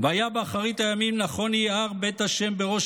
"והיה באחרית הימים נכון יהיה הר בית ה' בראש